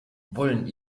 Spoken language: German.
wollen